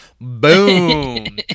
Boom